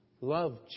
love